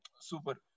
super